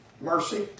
mercy